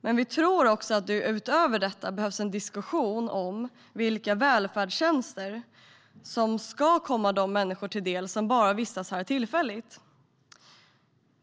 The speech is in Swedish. Men vi tror att det utöver detta behövs en diskussion om vilka välfärdstjänster som ska komma de människor till del som bara vistas här tillfälligt.